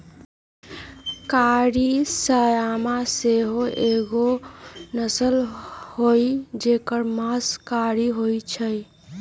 कारी श्यामा सेहो एगो नस्ल हई जेकर मास कारी होइ छइ